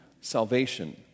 salvation